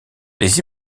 les